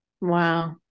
Wow